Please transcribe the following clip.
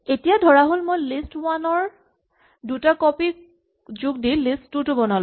এতিয়া ধৰাহ'ল মই লিষ্ট ৱান ৰ দুটা কপি যোগ দি লিষ্ট টু টো বনালো